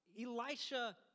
Elisha